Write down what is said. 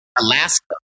Alaska